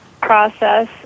process